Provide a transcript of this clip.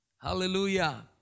Hallelujah